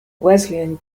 wesleyan